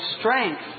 strength